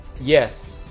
Yes